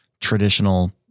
traditional